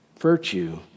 virtue